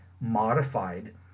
modified